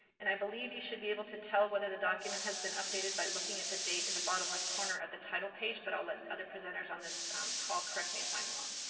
and i believe you should be able to tell whether the document has been updated by looking at the date in the bottom left corner of the title page, but i'll let other presenters on this call correct me if i'm wrong.